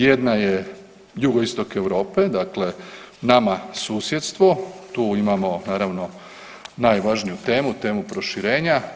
Jedna je jugoistok Europe, dakle nama susjedstvo tu imamo naravno najvažniju temu, temu proširenja.